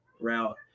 route